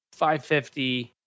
550